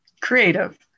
creative